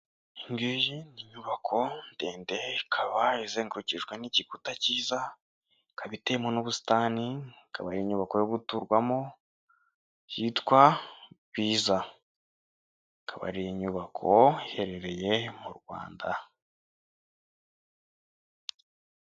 Inyubako ndende ikaba izengurukijwe n'igikuta cyiza, ikaba iteyemo n'ubusitani, ikaba ari inyubako yo guturwamo yitwa Bwiza, ikaba ari inyubako iherereye mu Rwanda.